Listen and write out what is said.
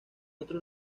otro